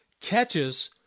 catches